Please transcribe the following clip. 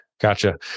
gotcha